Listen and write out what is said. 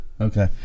Okay